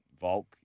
Volk